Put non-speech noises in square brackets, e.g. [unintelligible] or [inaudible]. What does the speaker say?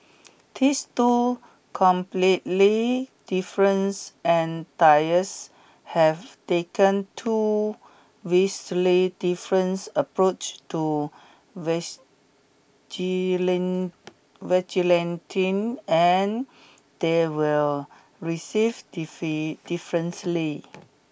these two completely difference entities have taken two vastly difference approaches to [unintelligible] vigilantism and they were received [unintelligible] differently